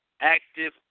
active